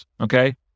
Okay